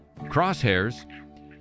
crosshairs